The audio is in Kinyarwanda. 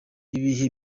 ibihe